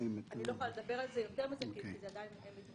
אני לא יכולה לדבר על זה יותר מזה כי זה עדיין מתנהל,